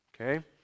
Okay